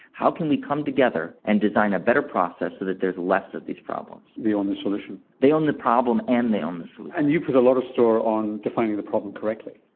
how can we come together and design a better process so that there is less of these problems. they own the solution. they own the problem and they own the solution. and you put a lot of store on defining the problem correctly.